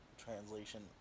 translation